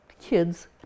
kids